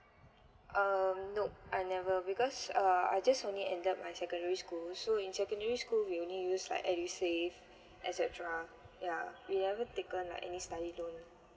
um nope I never because uh I just only ended my secondary school so in secondary school we only use like edusave et cetera yeah we never taken like any study loan